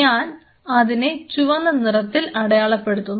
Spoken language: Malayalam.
ഞാൻ അതിനെ ചുവന്ന നിറത്തിൽ അടയാളപ്പെടുത്തുന്നു